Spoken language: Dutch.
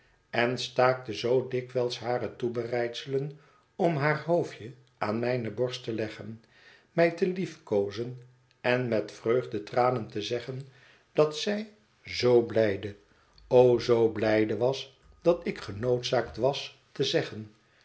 en staakte zoo dikwijls hare toebereidselen om haar hoofdje aan mijne borst te leggen mij te lief koozen en met vreugdetranen te zeggen dat zij zoo blijde o zoo blijde was dat ik genoodzaakt was te zeggen